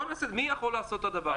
מי יכול לעשות את הדבר הזה?